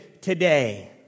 today